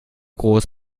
groß